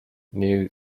new